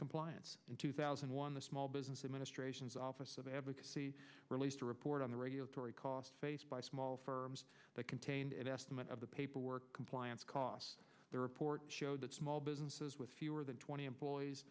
compliance in two thousand and one the small business administration's office of advocacy released a report on the radio story cost faced by small firms that contained an estimate of the paperwork compliance costs the report showed that small businesses with fewer than twenty employees